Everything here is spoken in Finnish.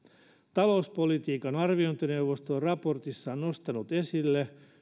talouspolitiikan arviointineuvosto on raportissaan nostanut esille